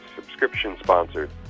subscription-sponsored